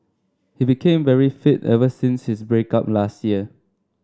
he became very fit ever since his break up last year